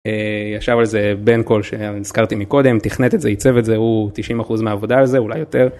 ישב על זה בן כלשהם הזכרתי מקודם תכנת את זה ייצב את זה 90 אחוז מעבודה על זה אולי יותר.